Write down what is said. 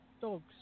Dogs